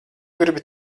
gribi